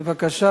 בבקשה.